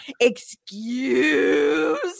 excuse